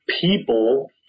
people